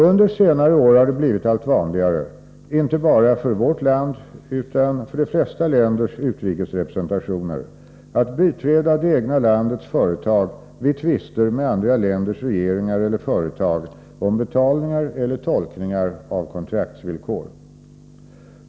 Under senare år har det blivit allt vanligare för inte bara vårt lands utan även de flesta länders utrikesrepresentationer att biträda det egna landets företag vid tvister med andra länders regeringar eller företag om betalningar eller tolkningar av kontraktsvillkor.